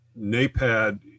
NAPAD